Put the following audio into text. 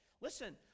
Listen